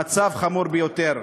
המצב חמור ביותר.